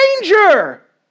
danger